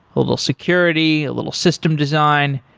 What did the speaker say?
a little security, a little system design.